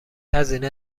هزینه